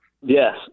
Yes